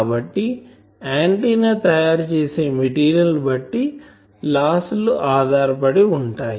కాబట్టి ఆంటిన్నా తయారు చేసే మెటీరియల్ బట్టి లాస్ లు ఆధారపడి ఉంటాయి